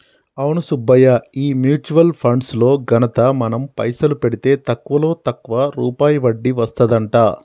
అవును సుబ్బయ్య ఈ mutual funds లో ఘనత మనం పైసలు పెడితే తక్కువలో తక్కువ రూపాయి వడ్డీ వస్తదంట